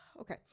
okay